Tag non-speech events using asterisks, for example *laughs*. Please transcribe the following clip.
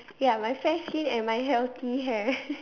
ya my fair skin and my healthy hair *laughs*